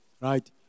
Right